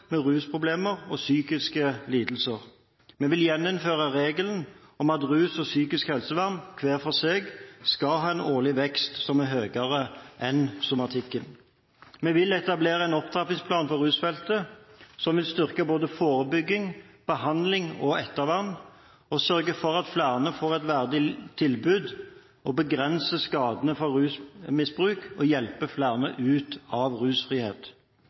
med rusproblemer og psykiske lidelser. Vi vil gjeninnføre regelen om at rus og psykisk helsevern, hver for seg, skal ha en årlig vekst som er høyere enn innenfor somatikken. Vi vil etablere en opptrappingsplan for rusfeltet, som vil styrke både forebygging, behandling og ettervern, og som vil sørge for at flere får et verdig tilbud og begrense skadene fra rusmisbruk og hjelpe flere ut i rusfrihet.